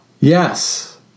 Yes